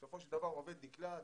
בסופו של דבר עובד נקלט